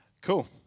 Cool